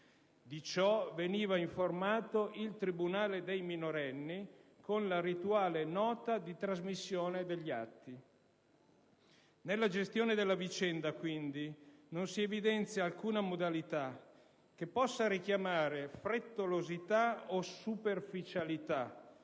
di ciò veniva informato il tribunale per i minorenni con la rituale nota di trasmissione degli atti. Nella gestione della vicenda, quindi, non si evidenzia alcuna modalità che possa richiamare frettolosità o superficialità,